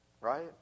Right